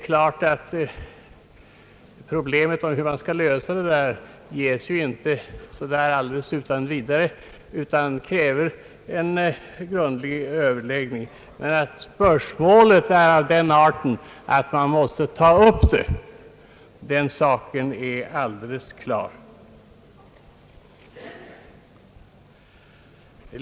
Svaret på frågan hur man skall lösa detta problem ger sig naturligtvis inte alldeles utan vidare utan kräver en grundlig överläggning. Spörsmålet är emellertid av den arten att man måste ta upp det; den saken är alldeles klar.